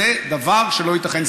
זה דבר שלא ייתכן.